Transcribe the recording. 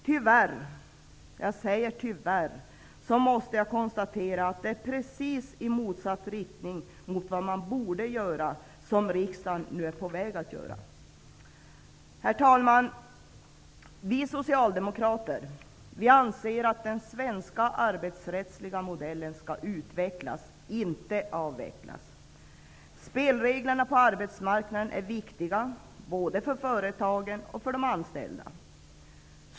Tyvärr -- jag säger tyvärr -- måste jag konstatera att riksdagen nu är på väg i precis motsatt riktning mot den riktning som man borde ha valt. Herr talman! Vi socialdemokrater anser att den svenska arbetsrättsliga modellen skall utvecklas, inte avvecklas. Spelreglerna på arbetsmarknaden är viktiga både för företagen och för de anställda.